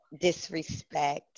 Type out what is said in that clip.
disrespect